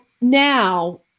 Now